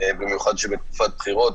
במיוחד בתקופת בחירות,